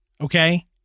Okay